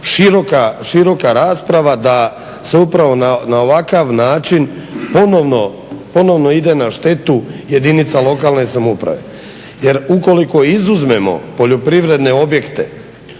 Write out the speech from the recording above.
široka rasprava da se upravo na ovakav način ponovno ide na štetu jedinica lokalne samouprave. Jer ukoliko izuzmemo poljoprivredne objekte